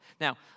now